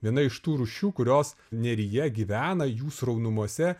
viena iš tų rūšių kurios neryje gyvena jų sraunumose